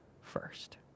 first